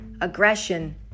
aggression